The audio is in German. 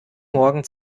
morgen